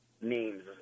names